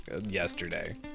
yesterday